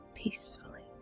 peacefully